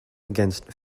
against